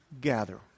gather